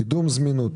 קידום זמינות,